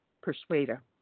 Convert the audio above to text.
persuader